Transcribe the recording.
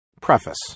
Preface